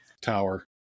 tower